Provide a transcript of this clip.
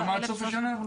כמה עד סוף השנה?